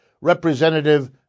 Representative